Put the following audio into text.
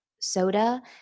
soda